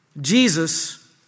Jesus